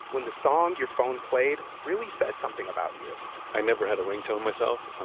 when the song your phone played really said something about you i never had a ringtone myself,